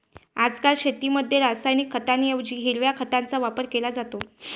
आजकाल शेतीमध्ये रासायनिक खतांऐवजी हिरव्या खताचा वापर केला जात आहे